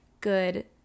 good